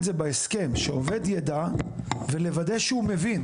זה בהסכם שהעובד ידע ולוודא שהוא מבין,